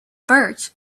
birch